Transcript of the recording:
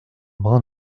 brin